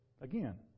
Again